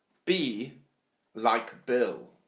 be like bill.